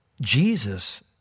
Jesus